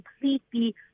completely